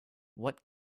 what